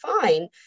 fine